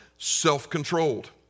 self-controlled